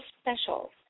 special